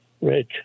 Rich